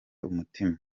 umutima